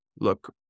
look